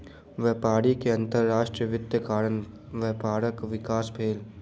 व्यापारी के अंतर्राष्ट्रीय वित्तक कारण व्यापारक विकास भेल